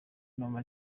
numva